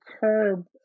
curb